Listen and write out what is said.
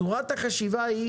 צורת החשיבה היא